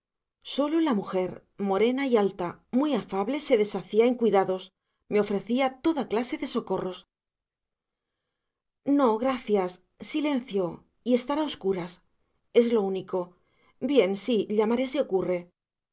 sólo la mujer morena y alta muy afable se deshacía en cuidados me ofrecía toda clase de socorros no gracias silencio y estar a obscuras es lo único bien sí llamaré si ocurre